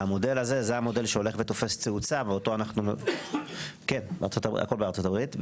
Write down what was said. וזה המודל שתופס תאוצה - בארצות הברית.